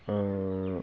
ओ